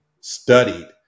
studied